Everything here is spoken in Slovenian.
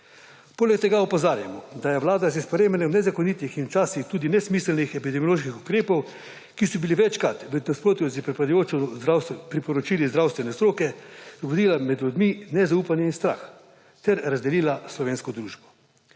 Poleg tega opozarjamo, da je vlada s sprejemanjem nezakonitih in včasih tudi nesmiselnih epidemioloških ukrepov, ki so bili večkrat v nasprotju s priporočili zdravstvene stroke, vlila med ljudmi nezaupanje in strah ter razdelila slovensko družbo.